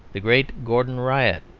the great gordon riot,